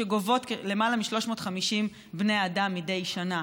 שגובות למעלה מ-350 בני אדם מדי שנה.